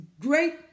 great